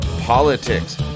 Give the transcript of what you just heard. politics